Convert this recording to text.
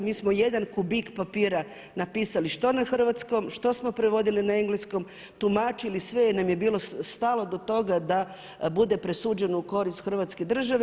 I mi smo jedan kubik papira napisali što na hrvatskom, što smo prevodili na engleski, tumačili sve jer nam je bilo stalo do toga da bude presuđeno u korist hrvatske države.